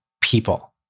people